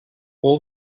all